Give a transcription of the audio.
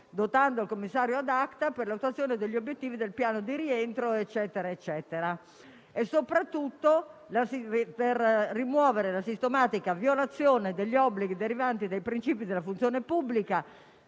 dotando il commissario *ad acta* di poteri per l'attuazione degli obiettivi del Piano di rientro e soprattutto per rimuovere la sistematica violazione degli obblighi derivanti dai principi della funzione pubblica,